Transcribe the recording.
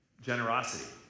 generosity